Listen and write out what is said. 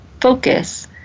focus